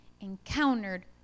encountered